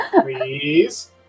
Please